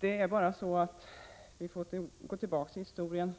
Det är bara så att vi får gå tillbaka i historien.